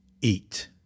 eat